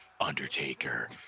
Undertaker